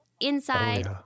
Inside